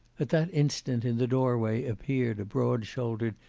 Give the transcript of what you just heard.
at that instant in the doorway appeared a broad-shouldered,